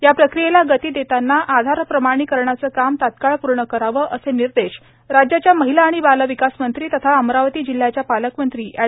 या प्रक्रियेला गती देताना आधार प्रमाणीकरणाचे काम तत्काळ पूर्ण करावे असे निर्देश राज्याच्या महिला आणि बालविकास मंत्री तथा अमरावती जिल्ह्याच्या पालकमंत्री अँड